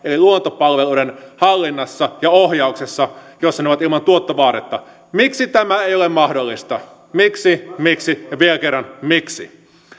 luontopalveluiden hallinnassa ja ohjauksessa jossa ne ovat ilman tuottovaadetta miksi tämä ei ole mahdollista miksi miksi ja vielä kerran miksi